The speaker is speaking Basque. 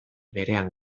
berean